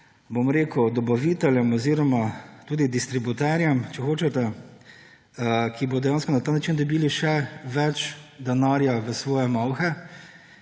tem velikim dobaviteljem oziroma tudi distributerjem, če hočete, ki bodo dejansko na ta način dobili še več denarja v svoje malhe,